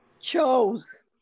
chose